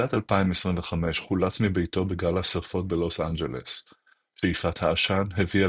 בתחילת 2025 חולץ מביתו בגל השרפות בלוס אנג'לס; שאיפת העשן הביאה